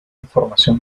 información